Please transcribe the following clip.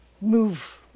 move